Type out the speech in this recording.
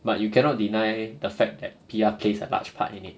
but you cannot deny the fact that P_R plays a large part in it